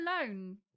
Alone